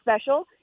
special